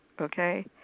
okay